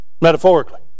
metaphorically